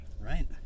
Right